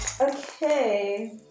Okay